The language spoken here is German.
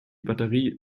batterie